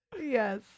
Yes